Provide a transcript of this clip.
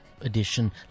edition